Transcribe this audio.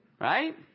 right